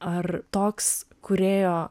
ar toks kūrėjo